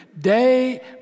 day